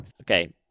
Okay